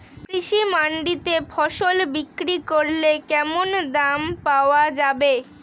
কৃষি মান্ডিতে ফসল বিক্রি করলে কেমন দাম পাওয়া যাবে?